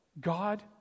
God